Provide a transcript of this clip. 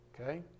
Okay